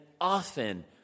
often